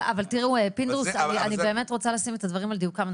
פינדרוס, אני רוצה באמת לשים את הדברים על דיוקם.